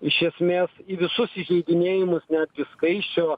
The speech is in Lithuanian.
iš esmės į visus įžeidinėjimus netgi skaisčio